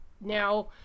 Now